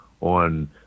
on